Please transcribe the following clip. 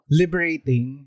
liberating